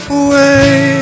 away